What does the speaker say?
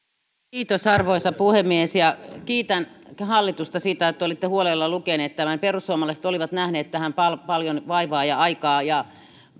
kiitos arvoisa puhemies kiitän hallitusta siitä että olitte huolella lukeneet tämän perussuomalaiset olivat tähän paljon paljon nähneet vaivaa ja käyttäneet aikaa